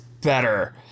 better